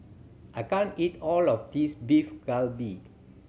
I can't eat all of this Beef Galbi